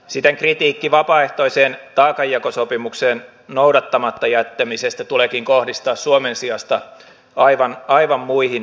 siten kritiikki vapaaehtoisen taakanjakosopimuksen noudattamatta jättämisestä tuleekin kohdistaa suomen sijasta aivan muihin eu maihin